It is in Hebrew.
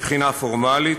מבחינה פורמלית,